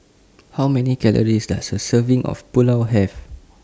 How Many Calories Does A Serving of Pulao Have